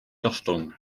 gostwng